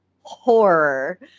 horror